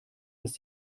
als